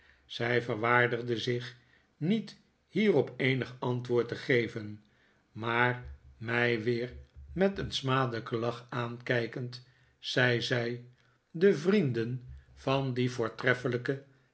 zij verwaardigde zich niet hierop eenig antwoord te geven maar mij weer met een smadelijken lach aankijkend zei zij de vrienden van die voortreffelijke